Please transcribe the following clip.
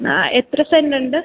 ആ എത്ര സെൻര് ഉണ്ട്